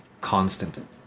constant